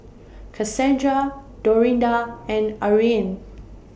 Kassandra Dorinda and Ariane